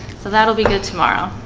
that'll be good tomorrow